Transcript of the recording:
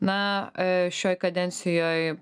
na šioj kadencijoj